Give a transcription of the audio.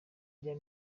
rya